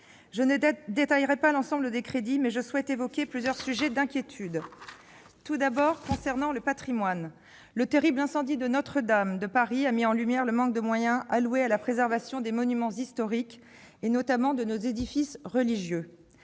Je ne détaillerai pas l'ensemble des crédits, mais je souhaite évoquer plusieurs sujets d'inquiétude. Je commencerai par le patrimoine. Le terrible incendie de Notre-Dame de Paris a mis en lumière le manque de moyens alloués à la préservation des monuments historiques, notamment de nos édifices religieux.